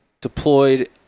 deployed